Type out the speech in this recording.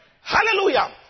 Hallelujah